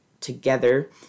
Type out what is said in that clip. together